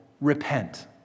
repent